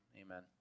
amen